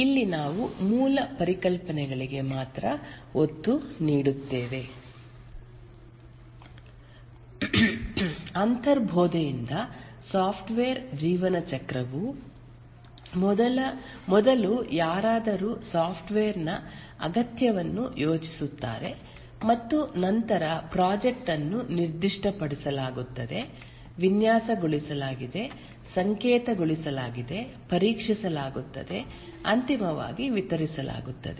ಇಲ್ಲಿ ನಾವು ಮೂಲ ಪರಿಕಲ್ಪನೆಗಳಿಗೆ ಮಾತ್ರ ಒತ್ತು ನೀಡುತ್ತೇವೆ ಅಂತರ್ಬೋಧೆಯಿಂದ ಸಾಫ್ಟ್ವೇರ್ ಜೀವನ ಚಕ್ರವು ಮೊದಲು ಯಾರಾದರೂ ಸಾಫ್ಟ್ವೇರ್ ನ ಅಗತ್ಯವನ್ನು ಯೋಚಿಸುತ್ತಾರೆ ಮತ್ತು ನಂತರ ಪ್ರಾಜೆಕ್ಟ್ ಅನ್ನು ನಿರ್ದಿಷ್ಟಪಡಿಸಲಾಗುತ್ತದೆ ವಿನ್ಯಾಸಗೊಳಿಸಲಾಗಿದೆ ಸಂಕೇತಗೊಳಿಸಲಾಗಿದೆ ಪರೀಕ್ಷಿಸಲಾಗುತ್ತದೆ ಅಂತಿಮವಾಗಿ ವಿತರಿಸಲಾಗುತ್ತದೆ